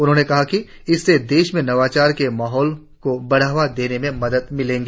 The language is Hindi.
उन्होंने कहा कि इससे देश में नवाचार के माहौल को बढ़ावा देने में मदद मिलेगा